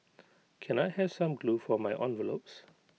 can I have some glue for my envelopes